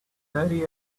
thirty